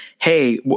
hey